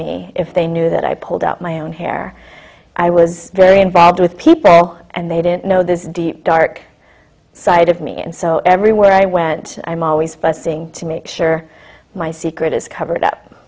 me if they knew that i pulled out my own hair i was very involved with people and they didn't know this deep dark side of me and so everywhere i went i'm always busting to make sure my secret is covered up